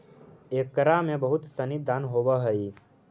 एकरा में बहुत सनी दान होवऽ हइ